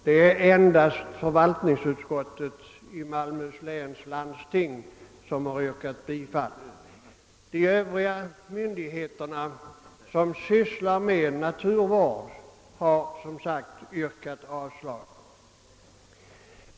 Det är endast förvaltningsutskottet i Malmöhus läns landsting som tillstyrkt. De övriga myndigheter som sysslar med naturvård har som sagt avstyrkt.